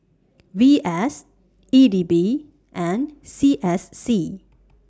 V S E D B and C S C